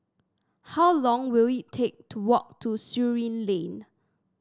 how long will it take to walk to Surin Lane